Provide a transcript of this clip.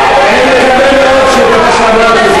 בצד השני של הצנזורה?